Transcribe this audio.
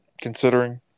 considering